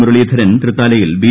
മുരളീധരൻ തൃത്താലയിൽ ബി